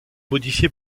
modifiée